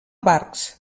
barx